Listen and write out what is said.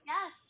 Yes